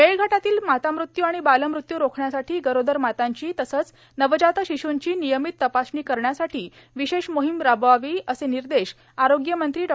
मेळघाटातील मातामृत्यू आणि बालमृत्यू रोखण्यासाठी गरोदर मातांची तसेच नवजात शिश्ची नियमित तपासणी करण्यासाठी विशेष मोहिम राबवावीए असे निर्देश आरोग्य मंत्री डॉ